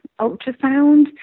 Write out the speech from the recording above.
ultrasound